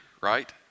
right